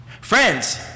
Friends